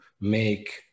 make